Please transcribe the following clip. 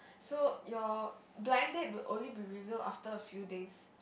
so your blind date will only be reveal after a few days